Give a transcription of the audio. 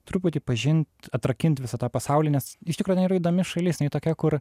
truputį pažint atrakint visą tą pasaulį nes iš tikro jinai yra įdomi šalis tokia kur